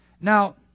Now